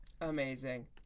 Amazing